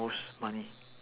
most money